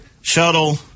shuttle